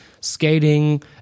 skating